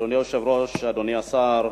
אדוני היושב-ראש, אדוני השר,